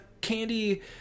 candy